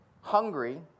hungry